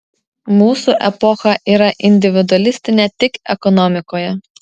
mūsų epocha yra individualistinė tik ekonomikoje